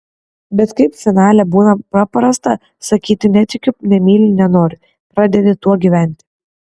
bet kaip finale būna paprasta sakyti netikiu nemyliu nenoriu pradedi tuo gyventi